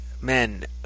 men